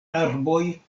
arboj